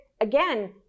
again